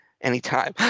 anytime